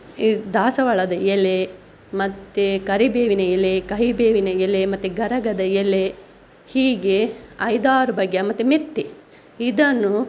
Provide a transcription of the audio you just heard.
ದಾಸವಾಳದ ಎಲೆ ಮತ್ತೆ ಕರಿ ಬೇವಿನ ಎಲೆ ಕಹಿ ಬೇವಿನ ಎಲೆ ಮತ್ತೆ ಗರಗದ ಎಲೆ ಹೀಗೆ ಐದಾರು ಬಗೆಯ ಮತ್ತೆ ಮೆಂತೆ ಇದನ್ನು